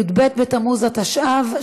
י"ב בתמוז התשע"ו,